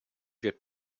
wird